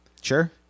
Sure